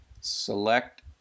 select